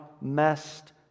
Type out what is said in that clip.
messed